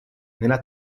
nella